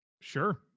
Sure